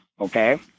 okay